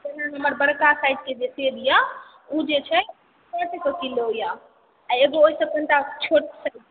हमर बड़का साइजके जे सेब यऽ ओ जे छै सए टके किलो यऽ आ एगो ओहि सऽ कनि टा छोट छै